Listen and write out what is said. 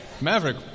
Maverick